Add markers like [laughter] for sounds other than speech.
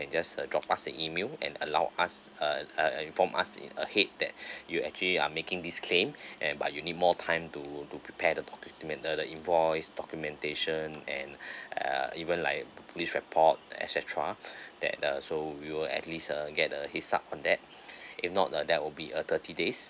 can just uh drop us an email and allow us uh uh inform us in ahead that [breath] you actually are making this claim [breath] and but you need more time to to prepare the document the the invoice documentation and [breath] uh even like police report et cetera [breath] that uh so we will at least uh get a on that if not uh that will be a thirty days